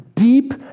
Deep